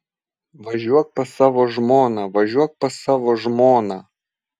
važiuok pas savo žmoną važiuok pas savo žmoną